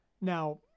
Now